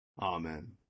Amen